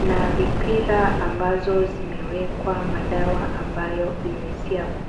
na vipira ambazo zimewekwa madawa ambayo imesiagwa.